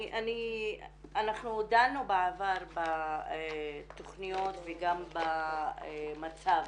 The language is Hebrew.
אנחנו דנו בעבר בתכניות וגם במצב